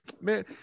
Man